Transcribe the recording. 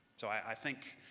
so i think